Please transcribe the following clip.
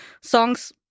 songs